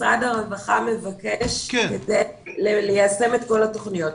משרד הרווחה מבקש כדי ליישם את כל התוכניות.